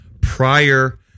prior